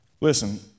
Listen